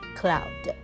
cloud